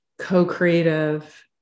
co-creative